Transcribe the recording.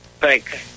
Thanks